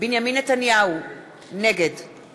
בנימין נתניהו, נגד